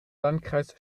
landkreis